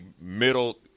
middle –